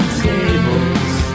tables